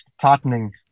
tightening